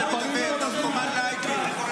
מי שמדבר, נרקומן לייקים.